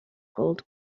gold